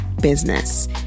business